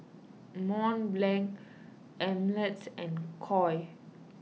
Mont Blanc Ameltz and Koi